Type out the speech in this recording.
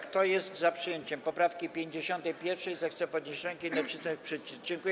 Kto jest za przyjęciem poprawki 51., zechce podnieść rękę i nacisnąć przycisk.